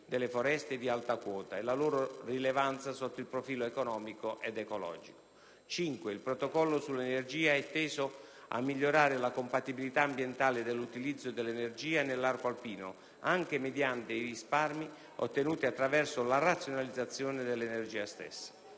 5. Il Protocollo sull'energia è teso a migliorare la compatibilità ambientale dell'utilizzo dell'energia nell'arco alpino, anche mediate i risparmi ottenuti attraverso la razionalizzazione dell'energia stessa.